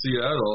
Seattle